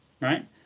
right